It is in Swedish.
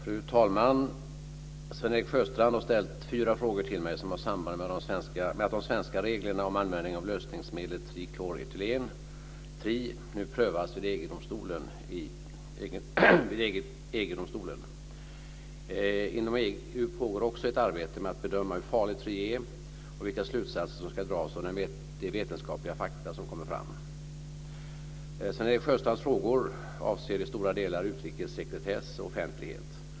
Fru talman! Sven-Erik Sjöstrand har ställt fyra frågor till mig som har samband med att de svenska reglerna om användning av lösningsmedlet trikloretylen, tri, nu prövas vid EG-domstolen. Inom EU pågår också ett arbete med att bedöma hur farligt tri är och vilka slutsatser som ska dras av de vetenskapliga fakta som kommer fram. Sven-Erik Sjöstrands frågor avser i stora delar utrikessekretess och offentlighet.